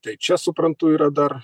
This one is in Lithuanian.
tai čia suprantu yra dar